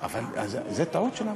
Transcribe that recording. זה טעות של הוועדה,